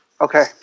Okay